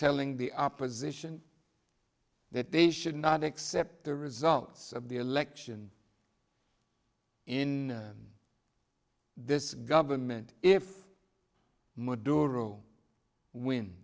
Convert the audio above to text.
telling the opposition that they should not accept the results of the election in this government if